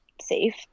safe